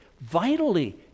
vitally